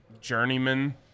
journeyman